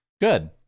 Good